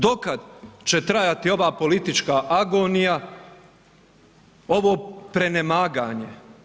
Dokad će trajati ova politička agonija, ovo prenemaganje?